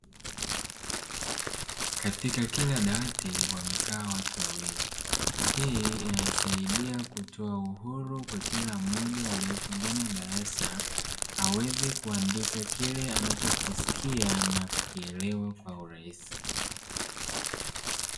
Katika kila dawati wamekaa watu wawili, hii inasaidia kutoa uhuru kwa kila mmoja aliyeko ndani ya darasa, aweze kuandika kile anachokisikia na kukielewa kwa uraisi.